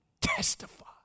testify